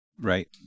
Right